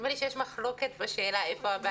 נדמה לי שיש מחלוקת בשאלה איפה הבעיה.